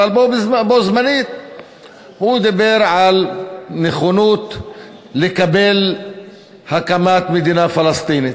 אבל בו בזמן הוא דיבר על נכונות לקבל הקמת מדינה פלסטינית,